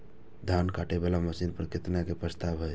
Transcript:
धान काटे वाला मशीन पर केतना के प्रस्ताव हय?